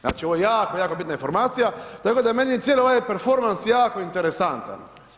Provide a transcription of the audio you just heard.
Znači, ovo je jako, jako bitna informacija, tako da je meni cijeli ovaj preformans jako interesantan.